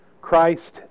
Christ